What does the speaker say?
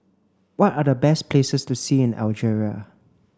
what are the best places to see in Algeria